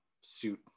suit